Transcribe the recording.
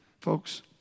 Folks